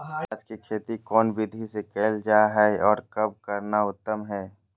प्याज के खेती कौन विधि से कैल जा है, और कब करना उत्तम है?